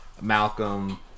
Malcolm